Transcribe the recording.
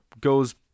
goes